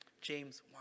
James